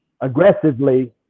aggressively